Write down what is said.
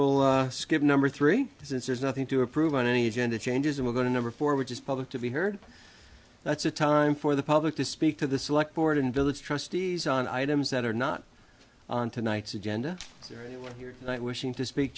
we'll skip number three since there's nothing to improve on any agenda changes and we're going to number four which is public to be heard that's a time for the public to speak to the select board and village trustees on items that are not on tonight's agenda you're not wishing to speak